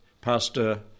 Pastor